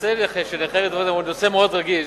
הנושא של נכי רדיפות הנאצים הוא נושא מאוד רגיש,